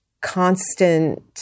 constant